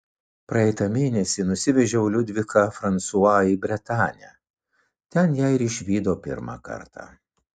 praeitą mėnesį nusivežiau liudviką fransua į bretanę ten ją ir išvydo pirmą kartą